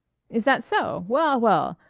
is that so? well, well!